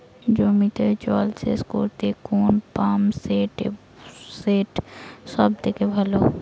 জমিতে জল সেচ করতে কোন পাম্প সেট সব থেকে ভালো?